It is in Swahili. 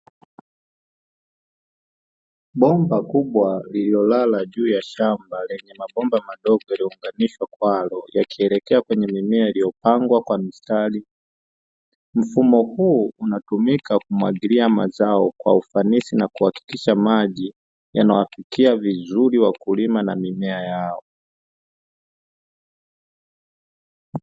Bomba kubwa lililolala juu ya shamba lenye mabomba madogo yaliyounganishwa kwalo yakielekea kwenye mimea iliyopangwa kwa mistari. Mfumo huu unatumika kumwagilia mazao kwa ufanisi na kuhakikisha maji yanawafikia vizuri wakulima na mimea yao.